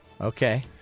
Okay